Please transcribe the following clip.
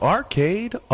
Arcade